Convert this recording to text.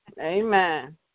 Amen